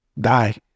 die